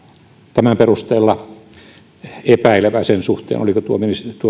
tämän perusteella epäilevä sen suhteen oliko tuo